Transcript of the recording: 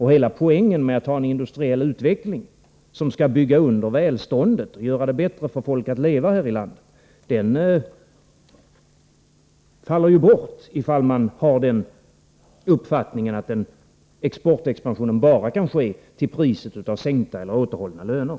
Hela poängen med att ha en industriell utveckling som skall bygga under välståndet och göra det lättare för folk att leva här i landet faller bort, om man har den uppfattningen att exportexpansionen bara kan ske till priset av sänkta eller återhållna löner.